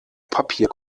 papier